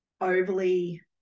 overly